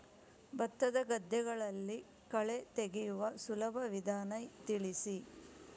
ಭತ್ತದ ಗದ್ದೆಗಳಲ್ಲಿ ಕಳೆ ತೆಗೆಯುವ ಸುಲಭ ವಿಧಾನ ತಿಳಿಸಿ?